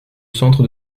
centre